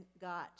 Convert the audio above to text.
got